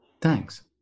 Thanks